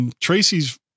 Tracy's